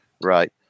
right